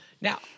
Now